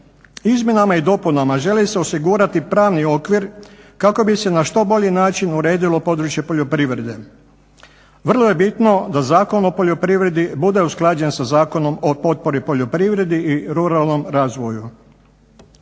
Izmjenama i dopunama želi se osigurati pravni okvir kako bi se na što bolji način uredilo područje poljoprivrede. Vrlo je bitno da Zakon o poljoprivredi bude usklađen sa Zakonom o potpori poljoprivredi i ruralnom razvoju.